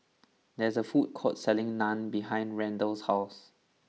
there is a food court selling Naan behind Randall's house